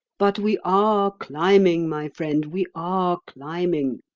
but we are climbing, my friend, we are climbing.